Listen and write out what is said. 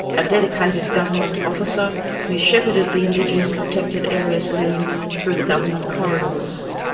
a dedicated government officer who shepherded the indigenous protected area scheme through the government corridors.